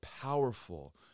powerful